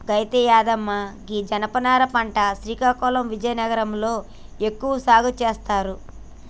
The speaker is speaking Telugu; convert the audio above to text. అయితే యాదన్న గీ జనపనార పంట శ్రీకాకుళం విజయనగరం లో ఎక్కువగా సాగు సేస్తారు